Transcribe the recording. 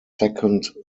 second